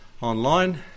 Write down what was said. online